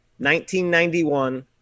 1991